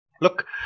look